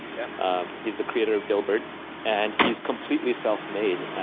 yeah um he's the creator of dilbert and he's completely self made.